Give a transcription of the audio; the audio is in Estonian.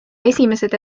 esimesed